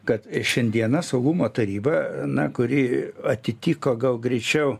kad šiandieną saugumo taryba na kuri atitiko gal greičiau